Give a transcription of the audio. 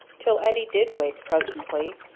till eddie did wake presently,